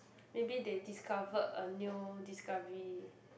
maybe they discovered a new discovery